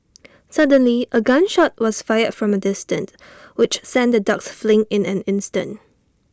suddenly A gun shot was fired from A distance which sent the dogs fleeing in an instant